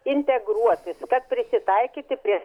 integruotis kad prisitaikyti prie